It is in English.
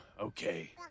Okay